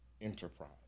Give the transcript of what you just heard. enterprise